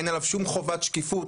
אין עליו שום חובת שקיפות,